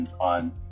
on